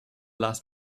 last